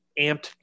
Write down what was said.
amped